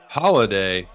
holiday